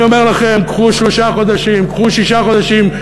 אני אומר לכם: קחו שלושה חודשים, קחו שישה חודשים.